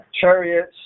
chariots